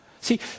See